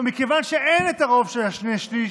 אבל מכיוון שאין את הרוב של שני שלישים,